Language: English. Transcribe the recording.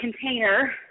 container